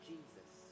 Jesus